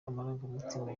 amarangamutima